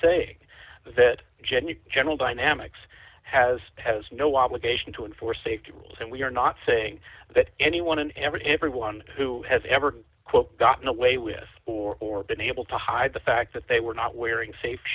saying that jenny general dynamics has has no obligation to enforce safety rules and we're not saying that anyone in every everyone who has ever gotten away with or been able to hide the fact that they were not wearing safe